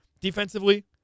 Defensively